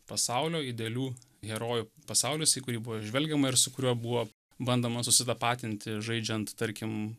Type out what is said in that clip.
pasaulio idealių herojų pasaulis į kurį buvo žvelgiama ir su kuriuo buvo bandoma susitapatinti žaidžiant tarkim